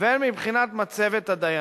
והן מבחינת מצבת הדיינים.